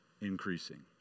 Increasing